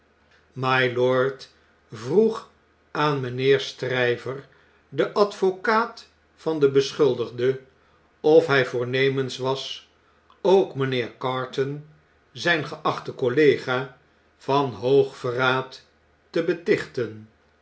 mylord vroeg aan mynheer stryver den advocaat van den beschuldigde of hjj voornemens was ook mijnheer carton zijn geachte collega van hoogverraad te betichten